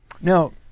Now